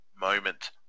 moment